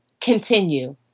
continue